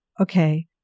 okay